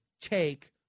take